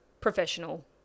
professional